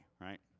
right